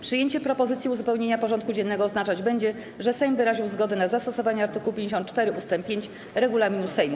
Przyjęcie propozycji uzupełnienia porządku dziennego oznaczać będzie, że Sejm wyraził zgodę na zastosowanie art. 54 ust. 5 regulaminu Sejmu.